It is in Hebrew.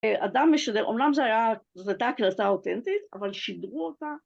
אדם משדר, אומנם זו הייתה הקלטה אותנטית, אבל שידרו אותה